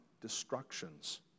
destructions